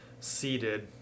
seated